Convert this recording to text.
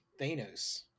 thanos